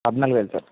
పద్నాలుగు వేలు సార్